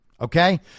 Okay